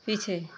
पीछे